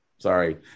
Sorry